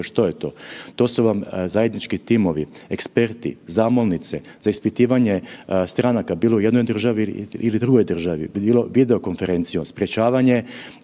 što je to. To su vam zajednički timovi, eksperti, zamolnice za ispitivanje stranaka bilo u jednoj državi, bilo u drugoj državi, … video konferencijom, sprečavanje